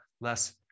less